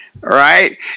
right